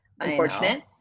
unfortunate